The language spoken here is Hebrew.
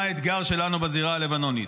מה האתגר שלנו בזירה הלבנונית.